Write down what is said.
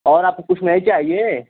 और आपको कुछ नहीं चाहिए